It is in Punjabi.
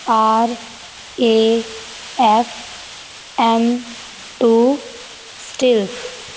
R A F M two stills